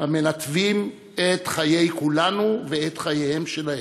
המנתבים את חיי כולנו ואת חייהם שלהם,